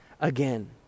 again